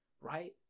right